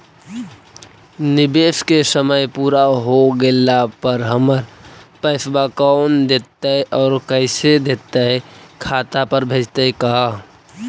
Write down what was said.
निवेश के समय पुरा हो गेला पर हमर पैसबा कोन देतै और कैसे देतै खाता पर भेजतै का?